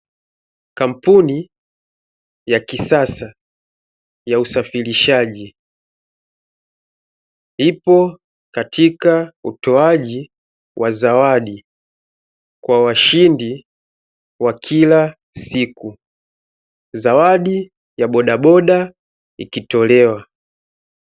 Kampuni ya kisasa ya usafirishaji ipo katika utoaji wa zawadi kwa washindi wa kila siku, zawadi ya bodaboda ikitolewa.